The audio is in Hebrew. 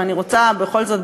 ואני רוצה בכל זאת,